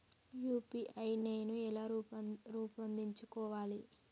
UPI నేను ఎలా రూపొందించుకోవాలి?